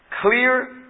Clear